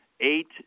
eight